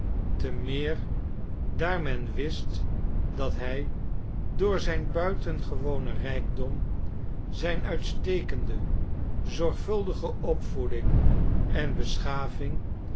te meer daar men wist dat hij door zijn buitengewonen rijkdom zijn uitstekende zorgvuldige opvoeding en beschaving